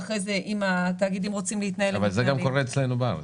ואחרי זה אם התאגידים רוצים להתנהל --- אבל זה גם קורה אצלנו בארץ?